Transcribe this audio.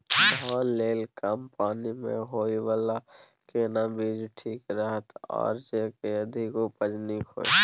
धान लेल कम पानी मे होयबला केना बीज ठीक रहत आर जे अधिक उपज नीक होय?